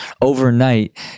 overnight